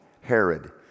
Herod